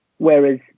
Whereas